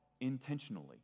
intentionally